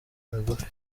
migufi